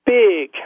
big